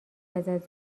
ازت